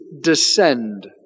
descend